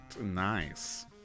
Nice